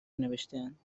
نوشتهاند